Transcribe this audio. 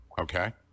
okay